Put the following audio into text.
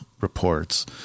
reports